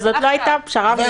זו לא היתה פשרה?